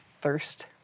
thirst